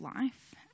life